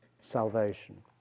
salvation